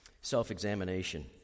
Self-examination